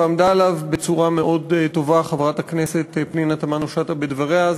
ועמדה עליו בצורה מאוד טובה חברת הכנסת פנינה תמנו-שטה בדבריה,